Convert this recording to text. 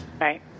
Right